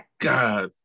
god